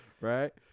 Right